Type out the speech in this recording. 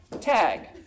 Tag